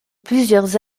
plusieurs